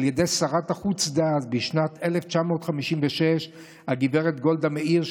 על ידי שרת החוץ דאז הגב' גולדה מאיר,